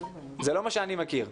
זה לא מה שאני מכיר.